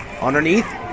underneath